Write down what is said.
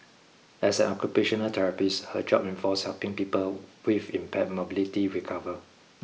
as an occupational therapist her job involves helping people with impaired mobility recover